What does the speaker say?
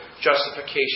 justification